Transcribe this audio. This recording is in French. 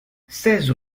seize